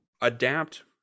adapt